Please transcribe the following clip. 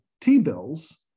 T-bills